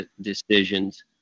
decisions